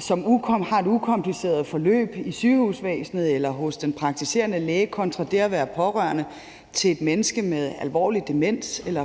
som har et ukompliceret forløb i sygehusvæsenet eller hos den praktiserende læge, og så det at være pårørende til et menneske med alvorlig demens eller